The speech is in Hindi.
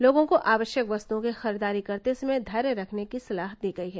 लोगों को आवश्यक वस्तुओं की खरीददारी करते समय धैर्य रखने की सलाह दी गयी है